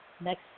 next